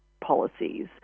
policies